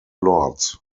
lords